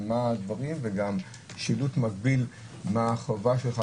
מה הדברים וגם שילוט מקביל מה החובה שלך,